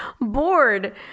bored